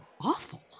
awful